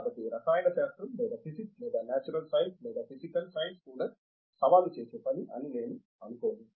కాబట్టి రసాయన శాస్త్రం లేదా ఫిజిక్స్ లేదా నేచురల్ సైన్సెస్ లేదా ఫిజికల్ సైన్స్ కూడా సవాలు చేసే పని అని నేను అనుకోను